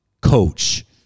coach